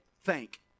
Thank